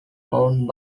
owned